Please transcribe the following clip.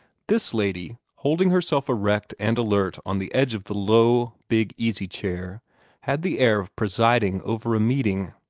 this lady, holding herself erect and alert on the edge of the low, big easy-chair had the air of presiding over a meeting.